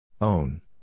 Own